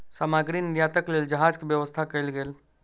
सामग्री निर्यातक लेल जहाज के व्यवस्था कयल गेल